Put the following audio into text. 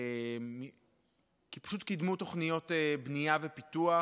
כי פשוט קידמו תוכניות בנייה ופיתוח